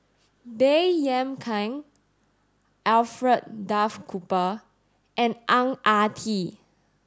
Baey Yam Keng Alfred Duff Cooper and Ang Ah Tee